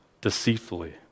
deceitfully